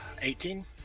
Eighteen